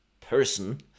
person